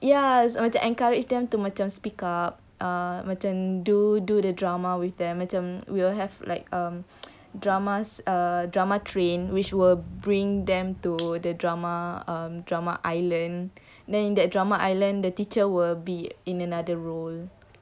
ya it's like to encourage them to macam speak up macam do do the drama with them macam we will have like um dramas uh drama train which will bring them to the drama drama island then in that drama island the teacher will be in another role